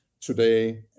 today